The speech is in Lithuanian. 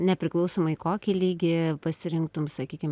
nepriklausomai kokį lygį pasirinktum sakykim